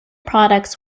products